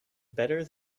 better